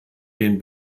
den